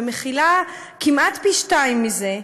ומכילה כמעט פי-שניים מזה,